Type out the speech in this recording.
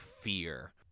fear